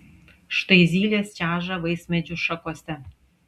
štai zylės čeža vaismedžių šakose